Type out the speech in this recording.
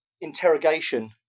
interrogation